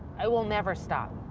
i will never stop.